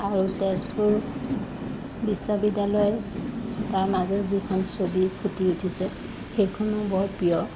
আৰু তেজপুৰ বিশ্ববিদ্যালয় তাৰ মাজত যিখন ছবি ফুটি উঠিছে সেইখনো বৰ প্ৰিয়